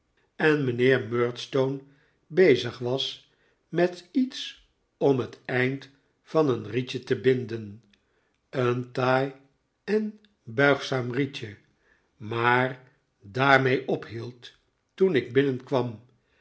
en mijnheer murdstone bezig was met iets om het eind van een rietje te binden een taai en buigzaam rietje maar daarmee ophield toen ik binnenkwam